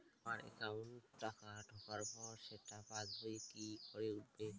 আমার একাউন্টে টাকা ঢোকার পর সেটা পাসবইয়ে কি করে উঠবে?